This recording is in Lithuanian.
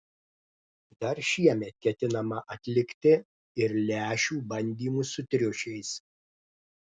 dar šiemet ketinama atlikti ir lęšių bandymus su triušiais